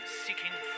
seeking